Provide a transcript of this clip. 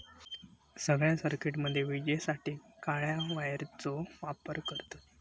सगळ्या सर्किटामध्ये विजेसाठी काळ्या वायरचो वापर करतत